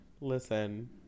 listen